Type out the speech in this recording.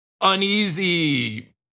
uneasy